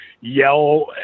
yell